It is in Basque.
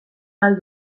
ahal